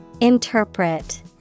Interpret